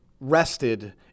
rested